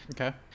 Okay